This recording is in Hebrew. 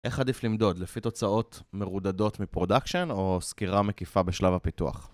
איך עדיף למדוד, לפי תוצאות מרודדות מפרודקשן או סקירה מקיפה בשלב הפיתוח?